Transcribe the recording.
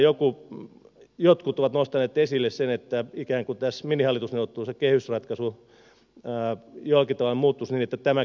täällä jotkut ovat nostaneet esille sen että ikään kuin näissä minihallitusneuvotteluissa kehysratkaisu jollakin tavalla muuttuisi niin että tämä käsittely olisi perusteeton käsittely